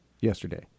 yesterday